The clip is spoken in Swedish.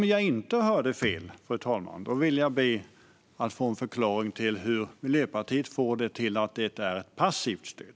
Om jag inte hörde fel vill jag be att få en förklaring till hur Miljöpartiet får det till att vara ett passivt stöd.